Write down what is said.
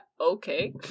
okay